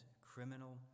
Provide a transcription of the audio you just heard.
criminal